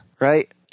right